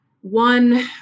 One